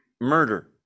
murder